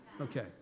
Okay